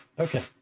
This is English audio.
Okay